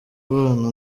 abana